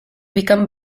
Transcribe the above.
become